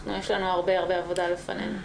יש לנו הרבה עבודה לפנינו.